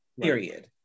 period